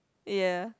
ya